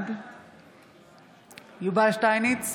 בעד יובל שטייניץ,